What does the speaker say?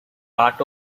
part